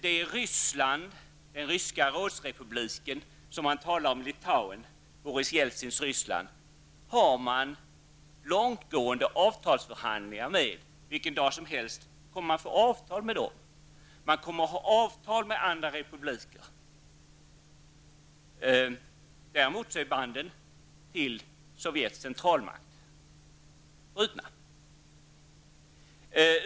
Det är i Boris Jeltsins Ryssland, den ryska rådsrepubliken, som man talar om Litauen och har långtgående avtalsförhandlingar med Litauen. Vilken dag som helst kommer man att träffa avtal. Man kommer att ha avtal med andra republiker. Däremot är banden till Sovjets centralmakt brutna.